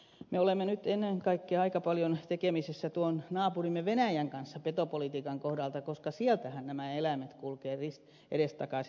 me olemme nyt ennen kaikkea aika paljon tekemisissä tuon naapurimme venäjän kanssa petopolitiikan kohdalta koska sieltähän nämä eläimet kulkevat edestakaisin